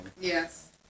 Yes